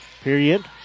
period